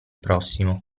prossimo